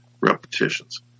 repetitions